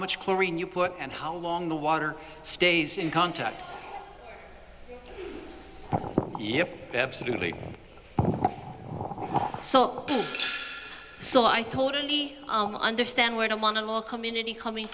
much chlorine you put and how long the water stays in contact yes absolutely so so i totally understand where i want a little community coming